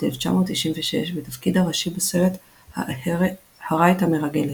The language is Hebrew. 1996 בתפקיד הראשי בסרט "הרייט המרגלת".